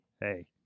hey